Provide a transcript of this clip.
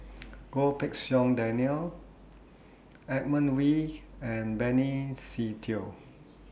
Goh Pei Siong Daniel Edmund Wee and Benny Se Teo